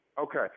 Okay